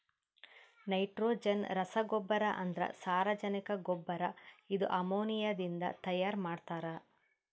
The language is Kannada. ನೈಟ್ರೋಜನ್ ರಸಗೊಬ್ಬರ ಅಂದ್ರ ಸಾರಜನಕ ಗೊಬ್ಬರ ಇದು ಅಮೋನಿಯಾದಿಂದ ತೈಯಾರ ಮಾಡ್ತಾರ್